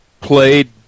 played